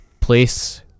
place